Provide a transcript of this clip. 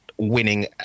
winning